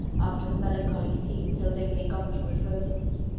after the melancholy scene so lately gone through at rosings.